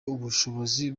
ubushobozi